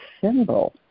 symbol